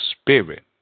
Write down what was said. spirit